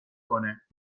کنه